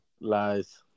Lies